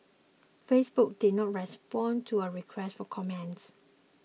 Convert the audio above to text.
Facebook did not respond to a request for comments